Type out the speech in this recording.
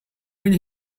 been